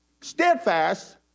steadfast